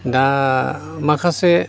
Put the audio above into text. दा माखासे